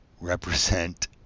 represent